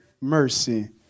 Mercy